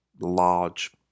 large